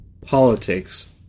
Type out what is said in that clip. politics